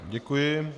Děkuji.